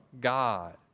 God